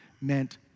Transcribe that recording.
meant